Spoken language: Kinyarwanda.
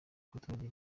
abaturage